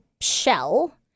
shell